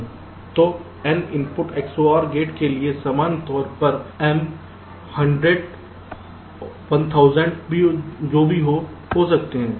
तो m input XOR gate के लिए सामान्य तौर पर m 100 1000 जो भी हो हो सकता है